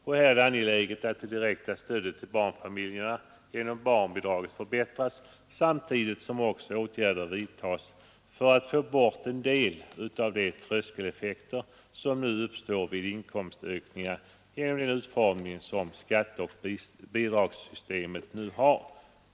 Här är det angeläget att det direkta stödet till barnfamiljen genom barnbidraget förbättras samtidigt som åtgärder vidtas för att få bort en del av de tröskeleffekter som nu uppstår vid inkomstökningar genom den utformning som skatteoch bidragssystemet har.